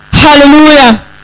Hallelujah